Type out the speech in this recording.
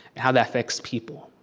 how that affects people,